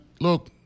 look